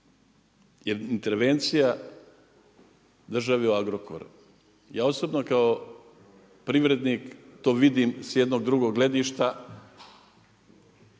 … intervencija države u Agrokor. Ja osobno kao privrednik to vidim s jednog drugog gledišta.